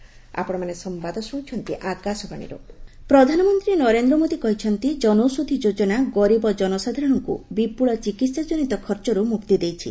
PM କନୌଷଧୂ ପ୍ରଧାନମନ୍ତ୍ରୀ ନରେନ୍ଦ୍ର ମୋଦି କହିଛନ୍ତି କନୌଷଧି ଯୋଜନା ଗରିବ ଜନସାଧାରଣଙ୍କୁ ବିପୁଳ ଚିକିତ୍ସାଜନିତ ଖର୍ଚ୍ଚରୁ ମୁକ୍ତି ଦେଇଛି